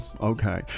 okay